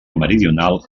meridional